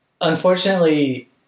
Unfortunately